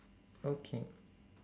okay